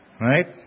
Right